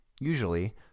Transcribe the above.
Usually